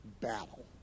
battle